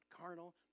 carnal